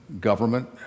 government